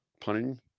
punting